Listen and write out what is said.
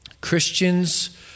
Christians